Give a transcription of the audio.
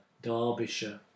Derbyshire